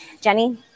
Jenny